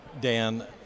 Dan